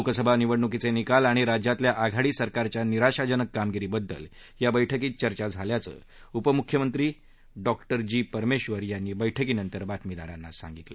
लोकसभा निवडण्कीचे निकाल आणि राज्यातल्या आघाडी सरकारच्या निराशाजनक कामगिरीबद्दल बैठकीत चर्चा झाल्याचं उपमुख्यमंत्री डॉक्टर जी परमेश्वर यांनी बैठकीनंतर बातमीदारांना सांगितलं